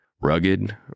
Rugged